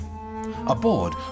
Aboard